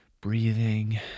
breathing